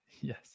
Yes